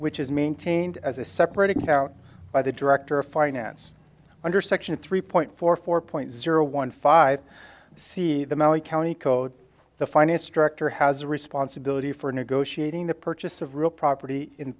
which is maintained as a separate account by the director of finance under section three point four four point zero one five c the maui county code the finance director has a responsibility for negotiating the purchase of real property in